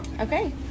Okay